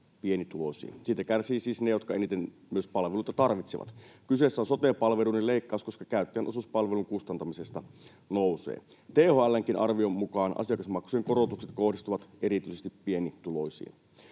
pienituloisiin. Siitä kärsivät siis ne, jotka eniten palveluita tarvitsevat. Kyseessä on sote-palveluiden leikkaus, koska käyttäjän osuus palvelun kustantamisesta nousee. THL:nkin arvion mukaan asiakasmaksujen korotukset kohdistuvat erityisesti pienituloisiin.